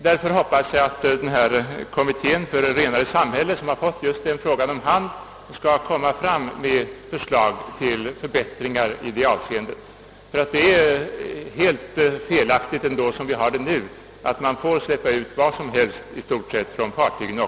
Jag hoppas därför att kommittén för ett renare samhälle, som fått frågan om hand, skall komma fram till förslag om förbättringar i det avseendet, ty det är helt felaktigt att man som nu får släppa ut i stort sett vad som helst, vilket också fartygen gör.